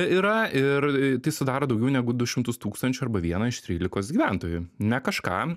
yra ir tai sudaro daugiau negu du šimtus tūkstančių arba vieną iš trylikos gyventojų ne kažką